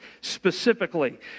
specifically